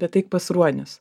bet eik pas ruonius